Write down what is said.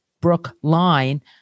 Brookline